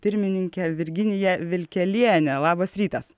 pirmininkę virginiją vilkelienę labas rytas